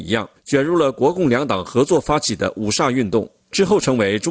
that which are you in the hotel wage